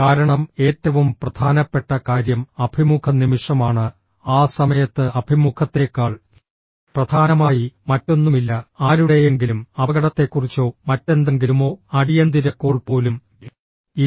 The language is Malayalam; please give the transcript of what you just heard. കാരണം ഏറ്റവും പ്രധാനപ്പെട്ട കാര്യം അഭിമുഖ നിമിഷമാണ് ആ സമയത്ത് അഭിമുഖത്തേക്കാൾ പ്രധാനമായി മറ്റൊന്നുമില്ല ആരുടെയെങ്കിലും അപകടത്തെക്കുറിച്ചോ മറ്റെന്തെങ്കിലുമോ അടിയന്തിര കോൾ പോലും ഇല്ല